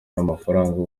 n’amafaranga